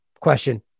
question